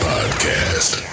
Podcast